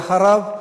אחריו,